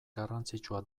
garrantzitsua